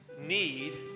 Need